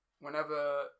whenever